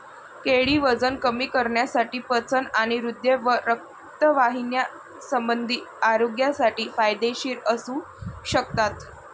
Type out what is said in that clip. केळी वजन कमी करण्यासाठी, पचन आणि हृदय व रक्तवाहिन्यासंबंधी आरोग्यासाठी फायदेशीर असू शकतात